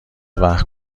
وقت